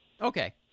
Okay